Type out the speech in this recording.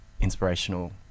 inspirational